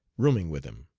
rooming with him.